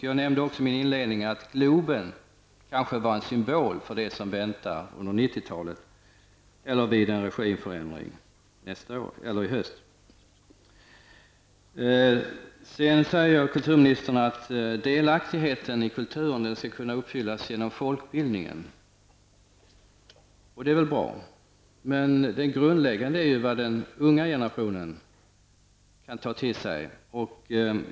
Jag nämnde också i mitt huvudanförande att Globen kanske var en symbol för det som väntar under 90-talet eller vid ett regimskifte i höst. Kulturministern sade att delaktigheten i kulturen skall kunna uppnås genom folkbildningen, och det är väl bra. Men det grundläggande är ju vad den unga generationen kan ta till sig.